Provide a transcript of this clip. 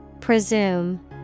Presume